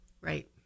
Right